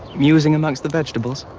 musing amongst the vegetables?